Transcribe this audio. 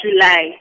July